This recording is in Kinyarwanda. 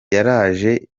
yaraje